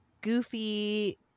goofy